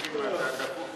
סעיפים 1 3